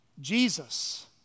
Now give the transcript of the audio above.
Jesus